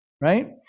right